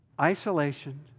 isolation